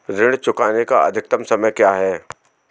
ऋण चुकाने का अधिकतम समय क्या है?